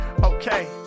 okay